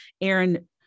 Aaron